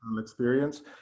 experience